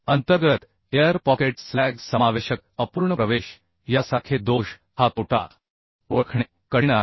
अंतर्गत air pockets slag समावेशक अपूर्ण प्रवेश यासारखे दोष हा तोटा ओळखणे कठीण आहे